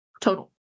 total